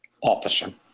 officer